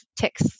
ticks